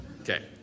Okay